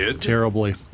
terribly